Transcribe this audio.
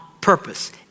purpose